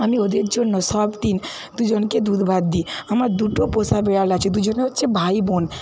আমি ওদের জন্য সবদিন দুজনকে দুধ ভাত দিই আমার দুটো পোষা বিড়াল আছে দুজনে হচ্ছে ভাইবোন